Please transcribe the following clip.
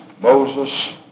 Moses